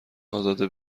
ازاده